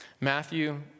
Matthew